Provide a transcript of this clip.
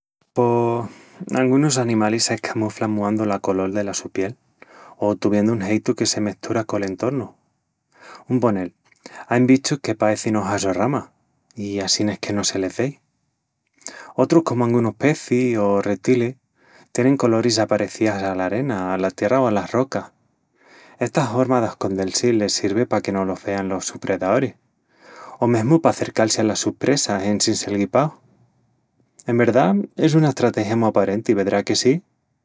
Pos angunus animalis s'escamuflan muandu la colol dela su piel o tuviendu un jeitu que se mestura col entornu. Un ponel, ain bichus que paecin ojas o ramas, i assin es que no se les vei. Otrus, como angunus pecis o retilis, tienin coloris aparecías ala arena, ala tierra o alas rocas. Esta horma d'ascondel-si les sirvi paque no los vean los sus predaoris, o mesmu pa acercal-si alas sus presas en sin sel guipaus. En verdá, es una estrategia mu aparenti., vedrás que sí?